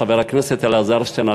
חבר כנסת אלעזר שטרן,